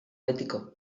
betiko